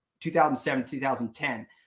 2007-2010